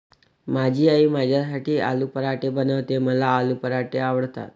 माझी आई माझ्यासाठी आलू पराठे बनवते, मला आलू पराठे आवडतात